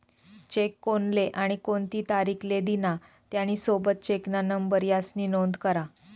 check कोनले आणि कोणती तारीख ले दिना, त्यानी सोबत चेकना नंबर यास्नी नोंद करा